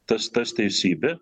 tas tas teisybė